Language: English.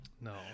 No